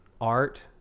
art